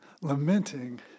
lamenting